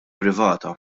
privata